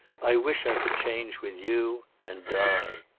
i wish i could change with you and die.